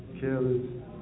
careless